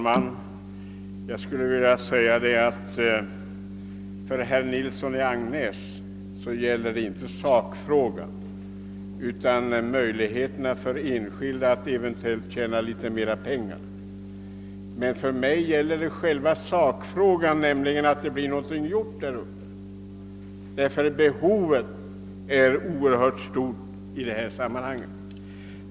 Herr talman! För herr Nilsson i Agnäs gäller det inte sakfrågan utan möjlighe terna för enskilda att tjäna litet mera pengar. Men för mig gäller det verkligen sakfrågan, nämligen att det blir någonting gjort där uppe. Behovet av åtgärder är synnerligen stort.